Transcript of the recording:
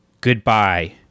goodbye